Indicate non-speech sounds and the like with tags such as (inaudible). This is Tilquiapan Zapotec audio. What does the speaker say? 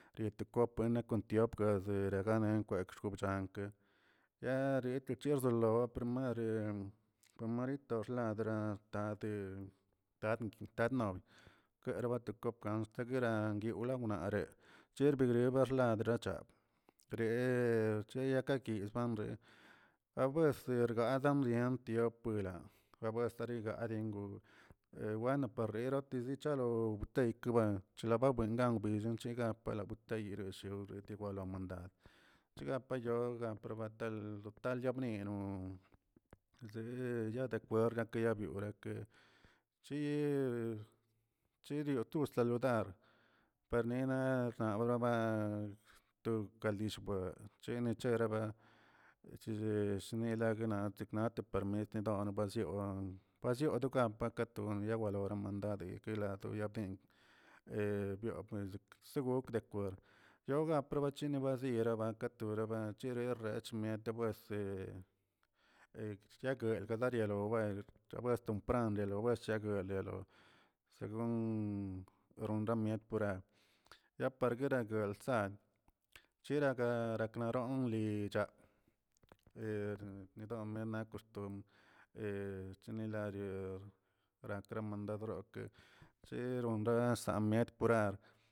Rieto kop mene tiop gaze nagalen kwerp xkiop nankə yaa reteschorcholo wapremere primarito xlagaa tade tadnob ter kop kangste gnan diorawnare cherbigre baxlap derachak trex chayakakichzban abuerzegdam gdamtiop wilaa gabuestiragakə weno parnira bichalo deykebuen lababuengan bui chiga palabitaya teshiro retibuala chegapayol aprobatel lo tal ya bnilo zee ya dekwerd yabyorake' chi chirior tu saludar parnina nauraba to kalishbuwa cheni cheraba che shnignalba deknate permit bla nabaziongleə bazio do kamplak to yawalioramand pikaya doloblend he byopnes deacuerd yoga provech dieraba kanto bacherarlichmi tebuese yaguel yaguedariel owel tompran lobech gueliolo según ronramiet puerar ya parguerabueltza chera garatz ronli cha (unintelligible) chinilaguə rankra mandad cheronraksa miet purar.